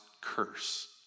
curse